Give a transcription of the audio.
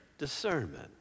Discernment